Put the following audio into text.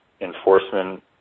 enforcement